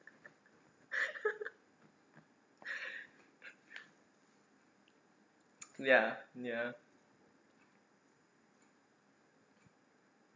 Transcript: ya ya